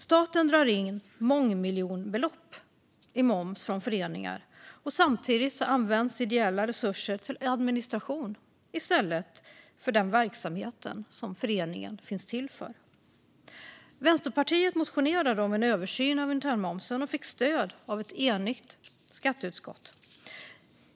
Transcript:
Staten drar in mångmiljonbelopp i moms från föreningar, och samtidigt används ideella resurser till administration i stället för till den verksamhet som föreningen finns till för. Vänsterpartiet motionerade om en översyn av internmomsen och fick stöd av ett enigt skatteutskott.